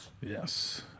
Yes